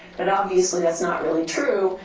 but obviously that's not really true.